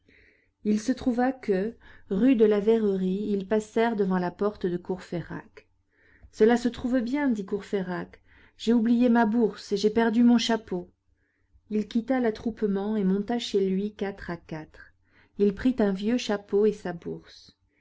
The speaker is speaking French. il se trouva que rue de la verrerie ils passèrent devant la porte de courfeyrac cela se trouve bien dit courfeyrac j'ai oublié ma bourse et j'ai perdu mon chapeau il quitta l'attroupement et monta chez lui quatre à quatre il prit un vieux chapeau et sa bourse